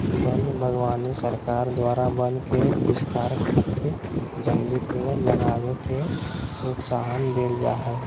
वन बागवानी सरकार द्वारा वन के विस्तार खातिर जंगली पेड़ लगावे के प्रोत्साहन देल जा हई